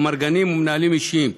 אמרגנים ומנהלים אישיים,